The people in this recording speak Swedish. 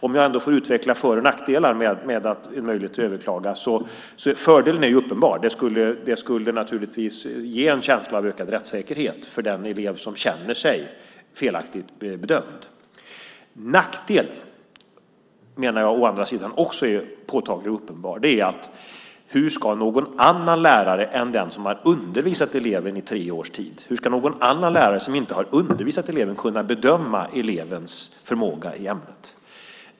Men jag kan ändå utveckla för och nackdelar med en möjlighet att överklaga. Fördelen är uppenbar. Det skulle naturligtvis ge en känsla av ökad rättssäkerhet för den elev som känner sig felaktigt bedömd. Å andra sidan menar jag att även nackdelen är påtaglig och uppenbar. Hur ska någon annan lärare än den som har undervisat eleven i tre års tid kunna bedöma elevens förmåga i ämnet? Hur ska någon annan lärare som inte har undervisat eleven kunna göra det?